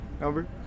Albert